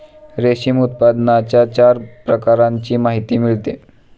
रेशीम उत्पादनाच्या चार प्रकारांची माहिती मिळते